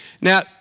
Now